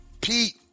Pete